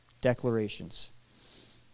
declarations